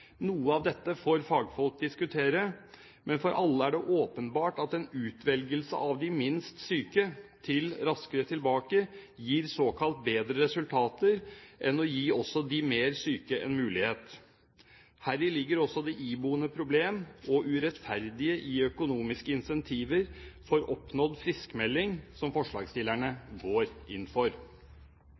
Noe av dette får fagfolk diskutere, men for alle er det åpenbart at en utvelgelse av de minst syke til Raskere tilbake gir såkalt bedre resultater enn å gi også de mer syke en mulighet. Her ligger også det iboende problem med og det urettferdige i økonomiske incentiver for oppnådd friskmelding, som forslagsstillerne går inn for.